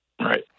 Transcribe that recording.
Right